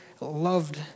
loved